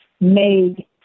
made